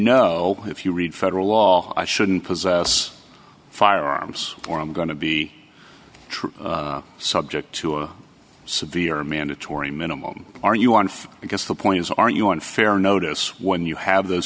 know if you read federal law i shouldn't possess firearms or i'm going to be true subject to a severe mandatory minimum are you on because the points are you unfair or notice when you have those